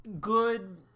good